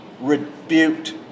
rebuked